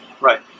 Right